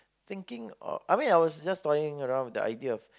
thinking of I mean I was just toying around with the idea of